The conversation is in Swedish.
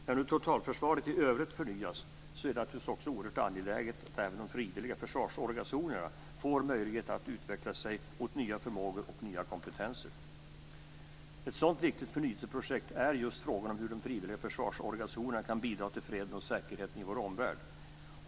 När nu totalförsvaret i övrigt förnyas är det naturligtvis också oerhört angeläget att även de frivilliga försvarsorganisationerna får möjlighet att utveckla sig mot nya förmågor och nya kompetenser. Ett sådant viktigt förnyelseprojekt är just frågan om hur de frivilliga försvarsorganisationerna kan bidra till freden och säkerheten i vår omvärld.